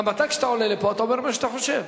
גם אתה כשאתה עולה לפה אתה אומר מה שאתה חושב.